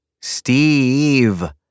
Steve